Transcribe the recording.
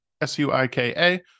S-U-I-K-A